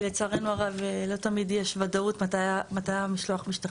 כי לצערנו הרב לא תמיד יש ודאות מתי המשלוח משתחרר.